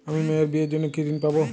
আমি মেয়ের বিয়ের জন্য কি ঋণ পাবো?